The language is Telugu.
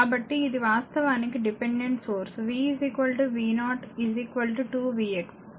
కాబట్టి ఇది వాస్తవానికి dependent source v v0 2 v x లేదా v 0 3 i x